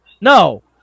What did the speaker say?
No